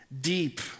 Deep